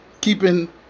keeping